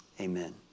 Amen